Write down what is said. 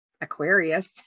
Aquarius